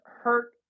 hurt